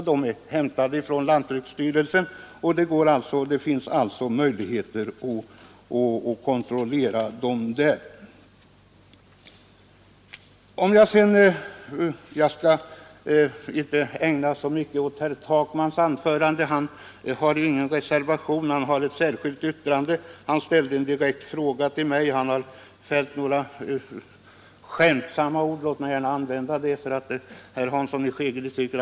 De är hämtade från lantbruksstyrelsen, och det finns möjligheter att kontrollera dem där. Jag skall inte ägna så mycket tid åt herr Takmans anförande. Han har inte fogat någon reservation till betänkandet, endast ett särskilt yttrande, men han ställde en direkt fråga till mig. Han har uttalat några skämtsamma ord i ett särskilt yttrande angående sambruksutredningen.